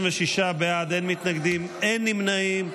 36 בעד, אין מתנגדים, אין נמנעים.